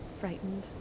frightened